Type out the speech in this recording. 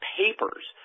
papers